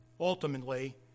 ultimately